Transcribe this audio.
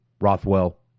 Rothwell